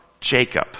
Jacob